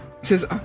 says